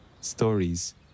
stories